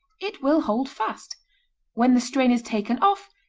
it will hold fast when the strain is taken off,